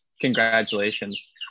congratulations